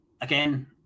again